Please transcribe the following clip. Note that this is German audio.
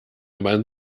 man